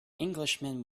englishman